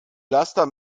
laster